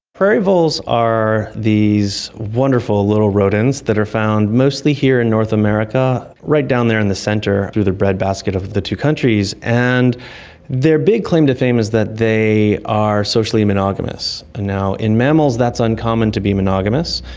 prairie voles are these wonderful little rodents that are found mostly here in north america, right down there in the centre through the bread basket of the two countries. and their big claim to fame is that they are socially monogamous. and in mammals that's uncommon, to be monogamous.